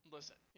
Listen